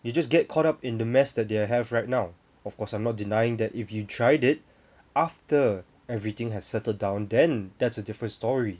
you just get caught up in the mess that they have right now of course I'm not denying that if you've tried it after everything has settled down then that's a different story